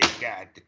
God